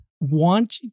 want